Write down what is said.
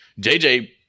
JJ